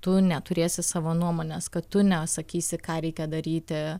tu neturėsi savo nuomonės kad tu nesakysi ką reikia daryti